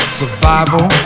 survival